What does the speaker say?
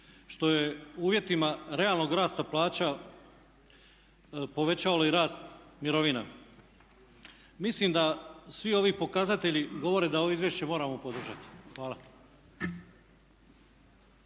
što je u uvjetima realnog rasta plaća povećalo i rast mirovina. Mislim da svi ovi pokazatelji govore da ovo izvješće moramo podržati. Hvala.